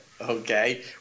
okay